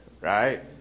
right